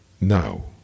now